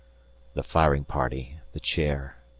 the firing party, the chair,